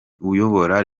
uyobora